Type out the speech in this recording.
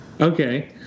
Okay